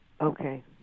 Okay